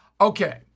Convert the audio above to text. Okay